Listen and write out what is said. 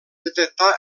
detectar